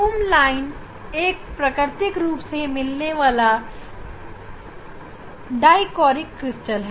tourmaline एक प्राकृतिक रूप से मिलने वाला डाईकोरिक क्रिस्टल है